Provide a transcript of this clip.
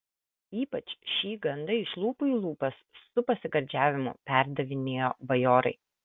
ypač šį gandą iš lūpų į lūpas su pasigardžiavimu perdavinėjo bajorai